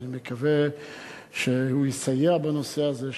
ואני מקווה שהוא יסייע בנושא הזה,